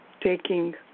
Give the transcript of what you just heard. taking